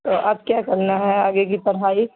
تو اب کیا کرنا ہے آگے کی پڑھائی